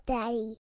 Daddy